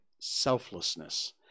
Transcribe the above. selflessness